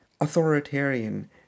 authoritarian